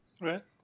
right